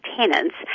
tenants